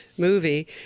Movie